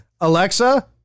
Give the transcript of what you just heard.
Alexa